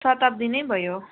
शताब्दी नै भयो